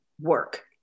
work